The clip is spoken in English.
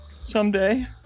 Someday